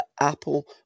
Apple